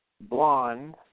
blonde